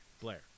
Blair